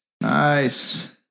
Nice